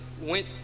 went